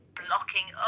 blocking